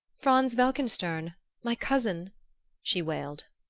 franz welkenstern my cousin she wailed.